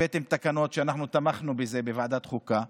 הבאתם תקנות שאנחנו תמכנו בהן בוועדת החוקה,